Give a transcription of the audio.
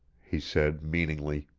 he said meaningly.